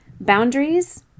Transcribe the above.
Boundaries